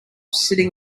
sitting